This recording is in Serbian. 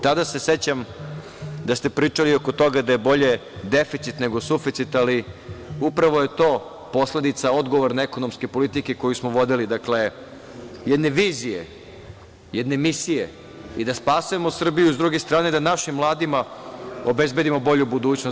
Tada se sećam da ste pričali oko toga da je bolje deficit nego suficit, ali upravo je to posledica odgovorne ekonomske politike koju smo vodili, dakle, jedne vizije, jedne misije, da spasemo Srbiju, a s druge strane da našim mladima obezbedimo bolju budućnost.